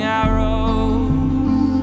arrows